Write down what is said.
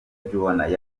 joannah